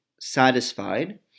satisfied